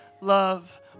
love